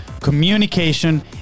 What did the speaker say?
communication